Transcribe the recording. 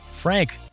Frank